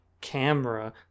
camera